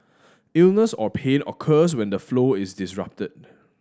illness or pain occurs when the flow is disrupted